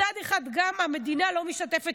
מצד אחד המדינה לא משתתפת,